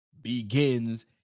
begins